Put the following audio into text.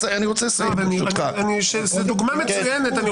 זו דוגמה מצוינת.